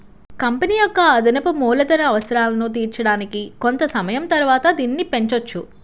company యొక్క అదనపు మూలధన అవసరాలను తీర్చడానికి కొంత సమయం తరువాత దీనిని పెంచొచ్చు